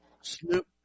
Snoop